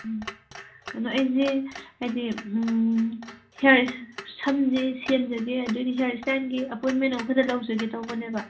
ꯎꯝ ꯑꯗꯨ ꯑꯩꯁꯦ ꯍꯥꯏꯗꯤ ꯍꯦꯌꯥꯔ ꯁꯝꯁꯤ ꯁꯦꯝꯖꯒꯦ ꯑꯗꯨ ꯍꯦꯌꯥꯔ ꯏꯁꯇꯥꯏꯜꯒꯤ ꯑꯦꯄꯣꯏꯟꯃꯦꯟ ꯑꯃꯈꯛꯇ ꯂꯧꯖꯒꯦ ꯇꯧꯕꯅꯦꯕ